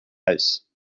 house